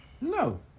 No